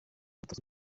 azwi